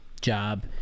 job